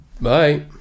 Bye